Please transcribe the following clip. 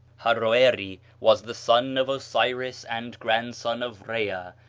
haroeri was the son of osiris and grandson of rhea,